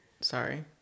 sorry